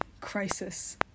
Crisis